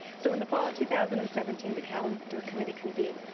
so in the fall of two thousand and seventeen the calendar committee convened.